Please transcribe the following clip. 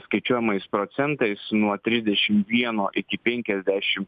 skaičiuojamais procentais nuo trisdešim vieno iki penkiasdešim